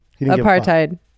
apartheid